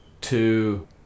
Two